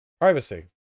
Privacy